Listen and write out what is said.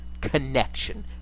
connection